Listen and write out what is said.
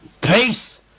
peace